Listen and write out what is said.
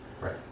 Right